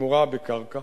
תמורה בקרקע